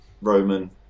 Roman